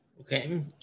Okay